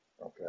okay